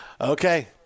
Okay